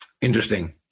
Interesting